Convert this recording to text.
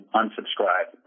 unsubscribe